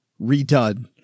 redone